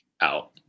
Out